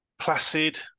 placid